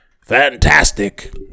fantastic